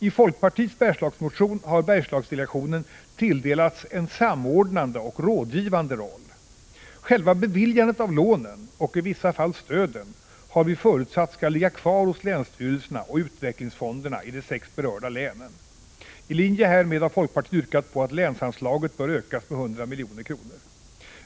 I folkpartiets Bergslagsmotion har Bergslagsdelegationen tilldelats en samordnande och rådgivande roll. Själva beviljandet av lån — och i vissa fall stöd — skall, har vi förutsatt, ligga kvar hos länsstyrelserna och utvecklingsfonderna ide sex berörda länen. I linje härmed har folkpartiet yrkat på att länsanslaget skall ökas med 100 milj.kr.